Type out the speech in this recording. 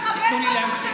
תנו לי להמשיך.